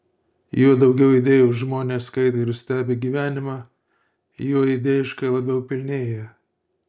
juo daugiau idėjos žmonės skaito ir stebi gyvenimą juo idėjiškai labiau pilnėja